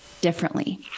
differently